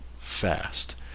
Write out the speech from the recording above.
fast